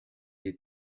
des